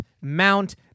Mount